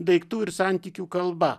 daiktų ir santykių kalba